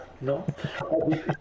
No